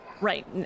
Right